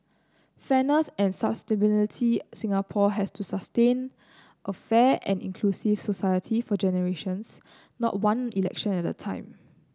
fairness and sustainability Singapore has to sustain a fair and inclusive society for generations not one election at a time